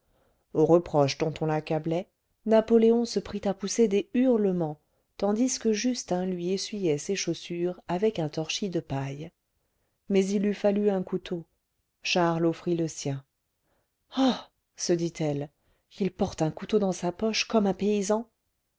reproches dont on l'accablait napoléon se prit à pousser des hurlements tandis que justin lui essuyait ses chaussures avec un torchis de paille mais il eût fallu un couteau charles offrit le sien ah se dit-elle il porte un couteau dans sa poche comme un paysan